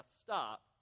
stop